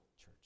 church